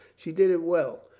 she did it well.